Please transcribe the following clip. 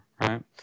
right